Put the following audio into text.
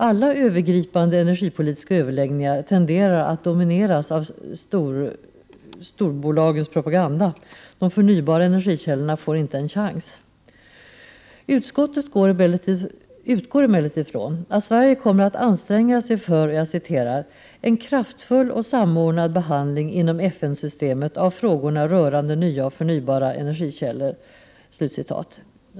Alla ”övergripande” energipolitiska överläggningar tenderar att domineras av storbolagens propaganda. De förnybara energikällorna får inte en chans. Utskottet utgår emellertid från att Sverige kommer att anstränga sig för ”en kraftfull och samordnad behandling inom FN-systemet av frågorna rörande nya och förnybara energikällor”.